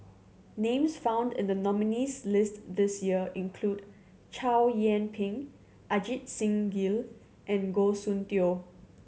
names found in the nominees' list this year include Chow Yian Ping Ajit Singh Gill and Goh Soon Tioe